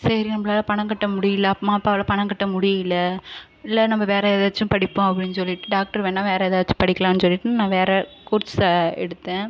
சரி நம்மளால பணம் கட்ட முடியல அம்மா அப்பாவால் பணம் கட்ட முடியல இல்லை நம்ம வேறு எதாச்சும் படிப்போம் அப்படின்னு சொல்லிட்டு டாக்டரு வேணாம் வேறு எதாச்சும் படிக்கலாம்னு சொல்லிட்டு நான் வேறு கோர்ஸை எடுத்தேன்